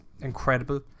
incredible